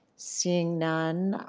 seeing none,